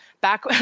back